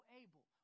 able